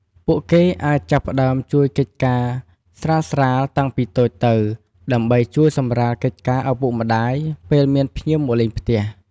ពួកគេអាចចាប់ផ្ដើមជួយធ្វើកិច្ចការស្រាលៗតាំងពីតូចទៅ ដើម្បីជួយសម្រាលកិច្ចការឪពុកម្ដាយពេលមានភ្ញៀវមកលេងផ្ទះ។